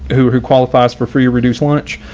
who who qualifies for free or reduced lunch.